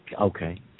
okay